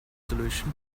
solution